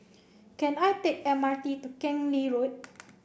can I take M R T to Keng Lee Road